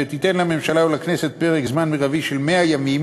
שתיתן לממשלה ולכנסת פרק זמן מרבי של 100 ימים